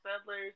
settlers